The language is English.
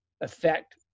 affect